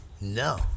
No